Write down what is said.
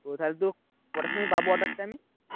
তো তাহলে তো কটার সময় পাব অর্ডারটা আমি